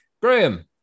Graham